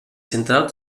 central